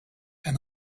and